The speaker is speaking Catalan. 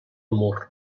mur